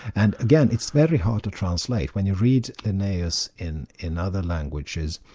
and again, it's very hard to translate. when you read linnaeus in in other languages,